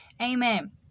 amen